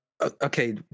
okay